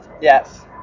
Yes